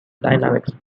dynamics